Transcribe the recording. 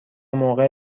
موقع